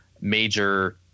major